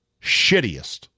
shittiest